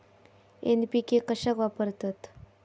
NPK कशाक वापरतत?